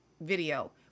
video